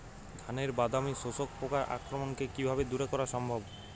ধানের বাদামি শোষক পোকার আক্রমণকে কিভাবে দূরে করা সম্ভব?